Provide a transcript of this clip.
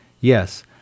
Yes